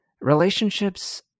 relationships